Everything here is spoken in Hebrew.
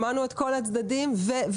שמענו את כל הצדדים והצבענו.